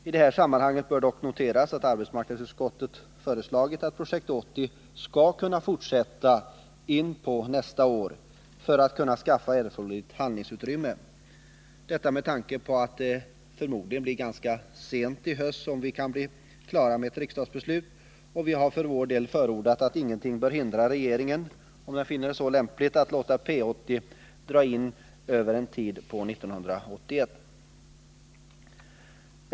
I det här sammanhanget bör dock noteras att arbetsmarknadsutskottet har föreslagit att Projekt 80 skall kunna fortsätta in på nästa år för att ge erforderligt handlingsutrymme — detta med tanke på att vi förmodligen först ganska sent i höst blir klara med ett riksdagsbeslut. Vi har för vår del förordat att ingenting bör hindra regeringen, om den finner det lämpligt, att låta Projekt 80 dra över en tid in på 1981.